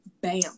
Bam